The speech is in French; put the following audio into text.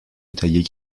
détaillées